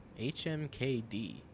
HMKD